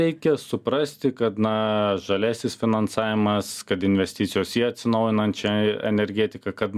reikia suprasti kad na žaliasis finansavimas kad investicijos į atsinaujinančią energetiką kad